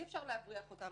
אי-אפשר להבריח אותם.